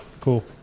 Cool